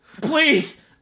please